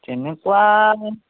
তেনেকুৱা